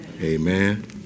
Amen